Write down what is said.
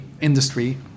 industry